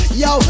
yo